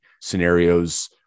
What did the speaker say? scenarios